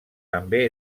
també